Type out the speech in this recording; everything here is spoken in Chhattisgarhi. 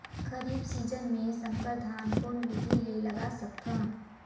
खरीफ सीजन मे संकर धान कोन विधि ले लगा सकथन?